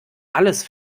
alles